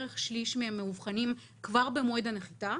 בערך שליש מהם מאובחנים כבר במועד הנחיתה.